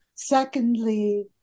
Secondly